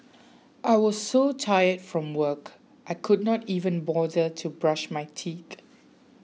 I was so tired from work I could not even bother to brush my teeth